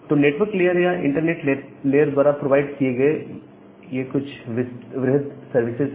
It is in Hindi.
तो नेटवर्क लेयर या इंटरनेट लेयर द्वारा प्रोवाइड किए गए यह कुछ वृहत सर्विसेज हैं